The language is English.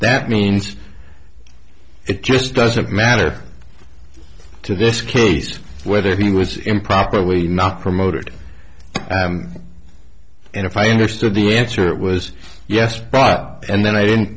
that means it just doesn't matter to this case whether he was improperly not promoted and if i understood the answer was yes but and then i didn't